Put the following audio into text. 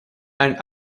and